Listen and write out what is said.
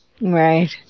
Right